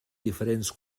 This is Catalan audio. diferents